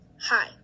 Hi